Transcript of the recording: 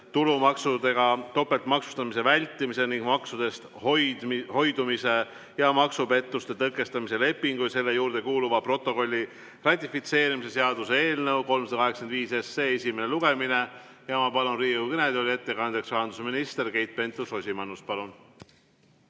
tulumaksudega topeltmaksustamise vältimise ning maksudest hoidumise ja maksupettuste tõkestamise lepingu ja selle juurde kuuluva protokolli ratifitseerimise seadus eelnõu 385 esimene lugemine. Ma palun Riigikogu kõnetooli ettekandjaks rahandusminister Keit Pentus-Rosimannuse. Palun!